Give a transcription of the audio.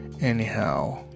Anyhow